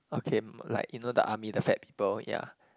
okay like you know the army the fat people ya